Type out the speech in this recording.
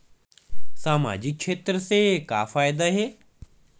सामजिक क्षेत्र से का फ़ायदा हे?